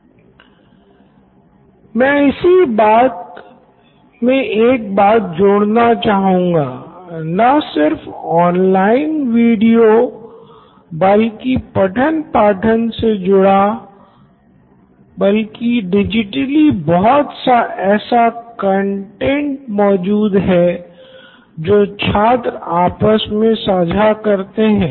Siddharth Maturi CEO Knoin electronics मैं इसी मे एक बात जोड़ना चाहूँगा न सिर्फ ऑनलाइन वीडियो बल्कि पठन पाठन से जुड़ा बल्कि डिजिटली बहुत सा ऐसा कंटैंट मौजूद हैं जो छात्र आपस मे साझा करते है